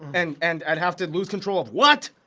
and and i'd have to lose control of what?